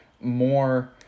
more